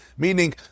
Meaning